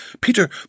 Peter